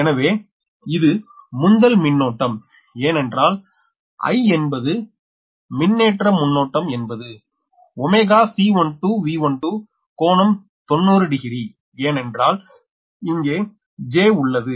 எனவே இது முந்தல் மின்னோட்டம் என்றால் I என்பது மின்னேற்ற மின்னோட்டம் என்பது 𝜔 𝐶12𝑉12 கோணம் 90° ஏனென்றால் இங்கே j உள்ளது